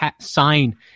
sign